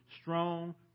strong